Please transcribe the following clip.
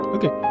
Okay